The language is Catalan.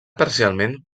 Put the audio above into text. parcialment